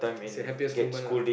is your happiest moment lah